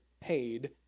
paid